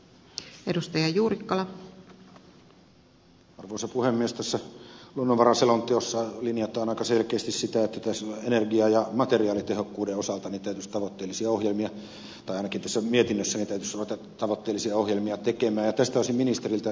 tässä luonnonvaraselonteossa tai ainakin tässä mietinnössä linjataan aika selkeästi sitä että energia ja materiaalitehokkuuden osalta täytyisi ruveta tavoitteellisia ohjelmia tekemään ja tästä olisin ministeriltä kysynyt